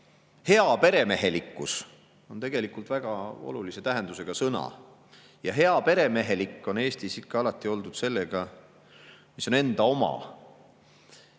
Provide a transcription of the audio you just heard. Heaperemehelikkus on tegelikult väga olulise tähendusega sõna. Ja heaperemehelik on Eestis alati oldud ikka sellega, mis on enda oma.